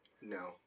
No